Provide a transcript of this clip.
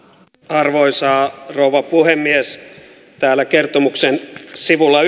arvoisa rouva puhemies täällä kertomuksen sivulla